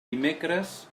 dimecres